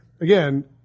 again